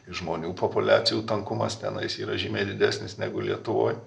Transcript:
žmonių populiacijų tankumas tenais yra žymiai didesnis negu lietuvoj